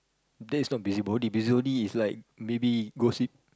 that is not busybody busybody is like maybe go see